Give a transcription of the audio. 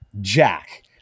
Jack